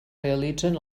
realitzen